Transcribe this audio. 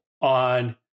on